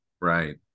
Right